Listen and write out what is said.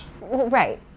Right